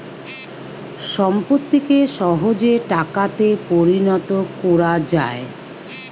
সম্পত্তিকে সহজে টাকাতে পরিণত কোরা যায়